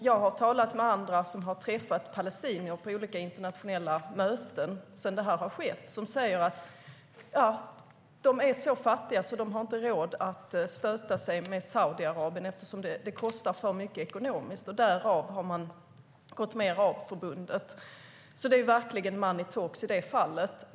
Jag har talat med andra som har träffat palestinier på olika internationella möten sedan det här har skett som säger att de är så fattiga att de inte har råd att stöta sig med Saudiarabien, att det kostar för mycket ekonomiskt. Därför har man gått med i Arabförbundet. Det är alltså verkligen money talks i det fallet.